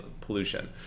pollution